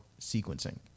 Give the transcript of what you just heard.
sequencing